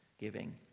giving